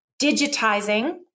digitizing